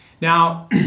Now